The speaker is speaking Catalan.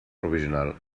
provisional